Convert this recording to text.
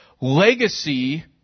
legacy